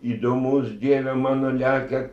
įdomus dieve mano lekia